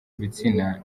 ibitsina